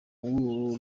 w’uru